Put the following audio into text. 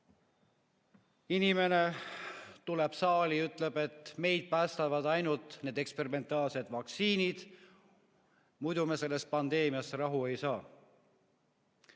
inimene tuleb saali, ütleb, et meid päästavad ainult need eksperimentaalsed vaktsiinid. Muidu me sellest pandeemiast rahu ei saa.